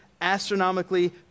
astronomically